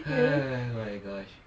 !hais! oh my gosh